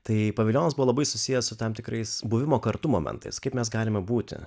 tai pavilijonas buvo labai susijęs su tam tikrais buvimo kartu momentais kaip mes galime būti